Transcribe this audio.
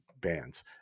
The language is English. bands